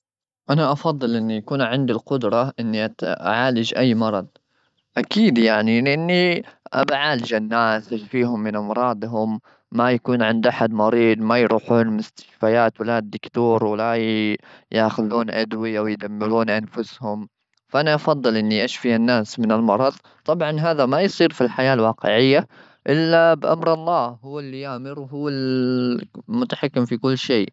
أنا أفضل إني يكون عندي القدرة إني أت-أعالج أي مرض. أكيد يعني، لأني أبا أعالج الناس، إيش فيهم من أمراضهم؟ ما يكون عند أحد مريض، ما يروحون المستشفيات ولا الدكتور، ولا يأخذون أدوية ويدمرون أنفسهم. فأنا أفضل إني أشفي الناس من المرض. طبعا، هذا ما يصير في الحياة الواقعية إلا بأمر الله، هو اللي يأمر وهو المتحكم في كل شيء.